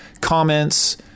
comments